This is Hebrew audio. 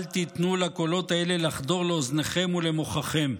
אל תיתנו לקולות האלה לחדור לאוזניכם ולמוחכם.